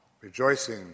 rejoicing